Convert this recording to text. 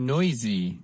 Noisy